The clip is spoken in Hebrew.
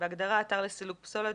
בהגדרה "אתר לסילוק פסולת",